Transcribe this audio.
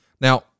Now